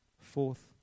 Fourth